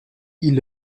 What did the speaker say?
ils